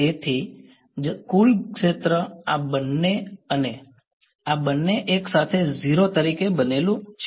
તેથી તેથી જ કુલ ક્ષેત્ર આ બંને અને આ બંને એકસાથે 0 તરીકે બનેલું છે